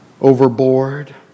overboard